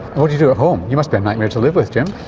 what do you do at home? you must be a nightmare to live with, jim!